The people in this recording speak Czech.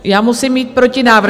Já musím mít protinávrh.